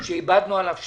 שאיבדנו עליו שליטה.